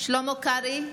שלמה קרעי,